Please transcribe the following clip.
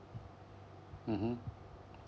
mmhmm